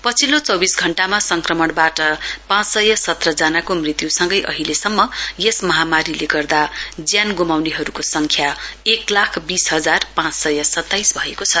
पछिल्लो चौविस घण्टामा संक्रमणबाट पाँच सय सत्र जनाको मृत्यु सँगै अहिलेसम्म यस महामारीले गर्दा ज्यान गुमाउनेहरुको संख्या एक लाख बीस हजार पाँच सय सताइस भएको छ